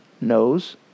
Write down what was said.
knows